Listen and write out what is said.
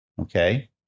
Okay